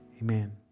Amen